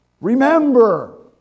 Remember